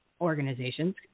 organizations